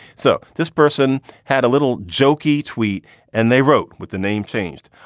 so this person had a little jokey tweet and they wrote with the name changed.